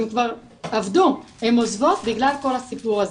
הן כבר עבדו, הן עוזבות בגלל כל הסיפור הזה.